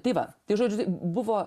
tai va tai žodžiu tai buvo